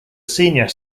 senior